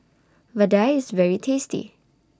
Vadai IS very tasty